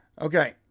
Okay